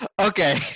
okay